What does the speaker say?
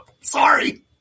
Sorry